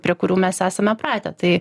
prie kurių mes esame pratę tai